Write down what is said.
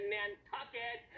Nantucket